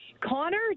Connor